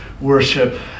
worship